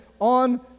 on